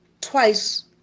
twice